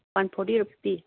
one forty rupee